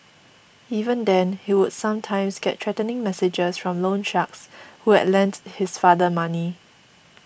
even then he would sometimes get threatening messages from loan sharks who had lent his father money